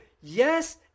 yes